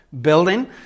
building